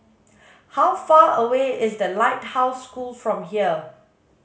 how far away is The Lighthouse School from here